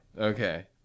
Okay